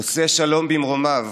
עושה שלום במרומיו,